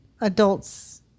adults